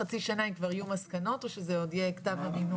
יהיו מסקנות או שזה עוד יהיה כתב המינוי?